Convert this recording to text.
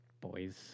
boys